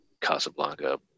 Casablanca